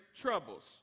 troubles